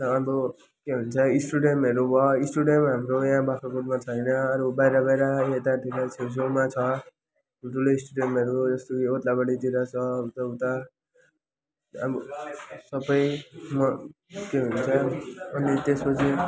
र अब के भन्छ स्टुडेन्टहरू भयो स्टुडेन्टहरूको हाम्रो यहाँ बाख्रागोटमा छैन तर बाहिर बाहिर छेउछेउमा छ ठुल्ठुलो स्टुडेन्टहरू यस्तो उयो ओद्लाबारीतिर छ उताउता अब सबैमा त्यो हुन्छ अनि त्यसपछि